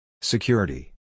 Security